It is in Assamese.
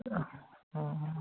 অঁ অঁ অঁ